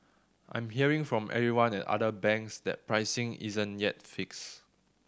I'm hearing from everyone at other banks that pricing isn't yet fixed